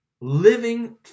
living